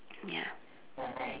ya